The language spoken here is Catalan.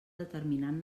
determinant